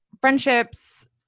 friendships